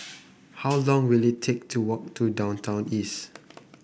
how long will it take to walk to Downtown East